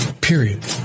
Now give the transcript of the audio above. period